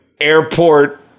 airport